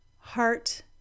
heart